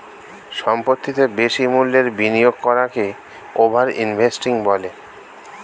সম্পত্তিতে বেশি মূল্যের বিনিয়োগ করাকে ওভার ইনভেস্টিং বলে